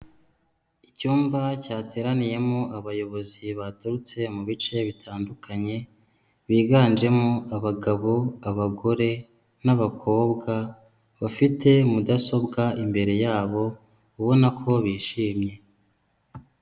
Icyumba cyateraniyemo abayobozi baturutse mu bice bitandukanye biganjemo abagabo, abagore n'abakobwa bafite mudasobwa imbere yabo ubona ko bishimye.